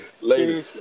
Later